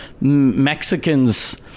Mexicans